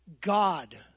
God